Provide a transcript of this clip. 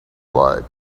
blood